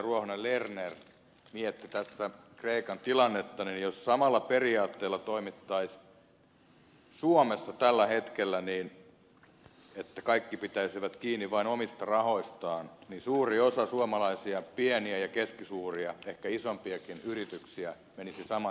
ruohonen lerner mietti tässä kreikan tilannetta toimittaisiin suomessa tällä hetkellä niin että kaikki pitäisivät kiinni vain omista rahoistaan niin suuri osa suomalaisia pieniä ja keskisuuria ehkä isompiakin yrityksiä menisi sama